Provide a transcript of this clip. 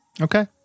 Okay